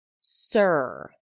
sir